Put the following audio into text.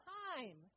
time